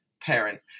parent